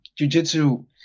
jujitsu